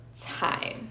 time